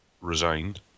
resigned